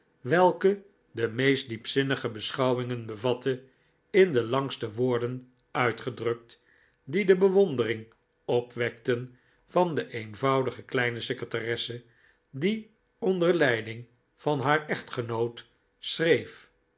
welke de meest diepzinnige beschouwingen bevatte in de langste woorden uitgedrukt die de bewondering opwekten van de eenvoudige kleine secretaresse die onder leiding van haar echtgenoot schreef